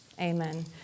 Amen